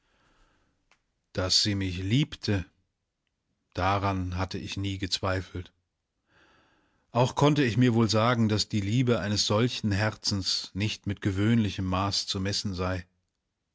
daß sie mich liebte daran hatte ich nie gezweifelt auch konnte ich mir wohl sagen daß die liebe eines solchen herzens nicht mit gewöhnlichem maß zu messen sei